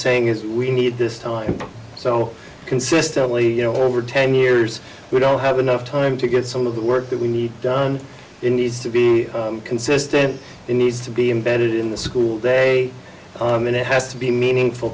saying is we i need this time so consistently you know over ten years we don't have enough time to get some of the work that we need done in these to be consistent needs to be embedded in the school day and it has to be meaningful